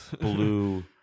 Blue